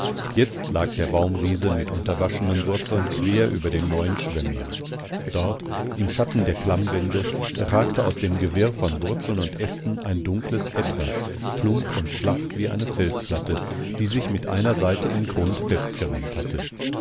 jetzt lag der baumriese mit unterwaschenen wurzeln quer über dem neuen schwemmland dort im schatten der klammwände ragte aus dem gewirr von wurzeln und ästen ein dunkles etwas plump und flach wie eine felsplatte die sich mit einer seite im grund festgerammt hatte